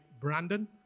Brandon